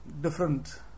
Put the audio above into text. different